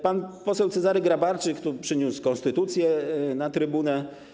Pan poseł Cezary Grabarczyk przyniósł konstytucję na trybunę.